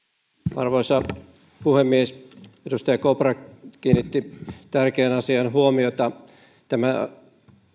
arvoisa puhemies edustaja kopra kiinnitti tärkeään asiaan huomiota tämä